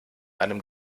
einem